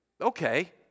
Okay